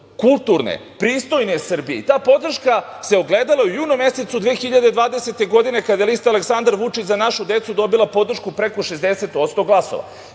kulturne, pristojne Srbije i ta podrška se ogledala u junu mesecu 2020. godine kada je lista Aleksandar Vučić – Za našu decu dobila podršku preko 60% glasova. Mi